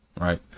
right